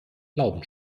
glauben